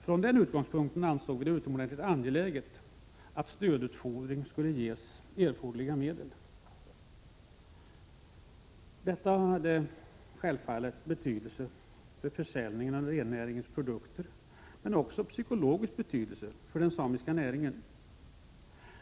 Från den utgångspunkten ansåg vi det utomordentligt angeläget att stödutfodring skulle ges erforderliga medel. Detta hade självfallet betydelse för försäljningen av rennäringens produkter, men det var också av psykologisk betydelse för den samiska näringen.